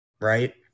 right